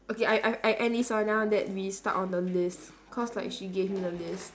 okay I I I end this one ah then we start on the list cause like she gave me the list